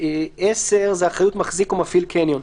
10 זה אחריות מחזיק או מפעיל קניון.